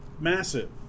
Massive